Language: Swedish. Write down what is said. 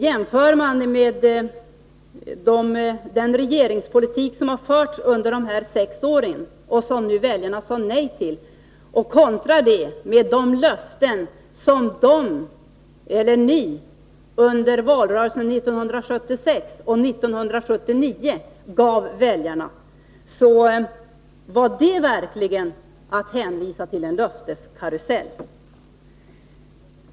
Jämför man den regeringspolitik som har förts under de senaste sex åren, och som nu väljarna sade nej till, med de löften som ni gav väljarna under valrörelserna 1976 och 1979, kan man konstatera att det då verkligen var fråga om en löfteskarusell.